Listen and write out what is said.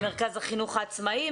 ממרכז החינוך העצמאי,